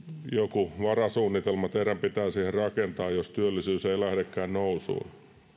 joku varasuunnitelma teidän pitää siihen rakentaa jos työllisyys ei lähdekään nousuun